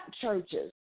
churches